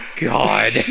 god